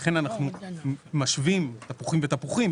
לכן אנחנו משווים תפוחים ותפוחים,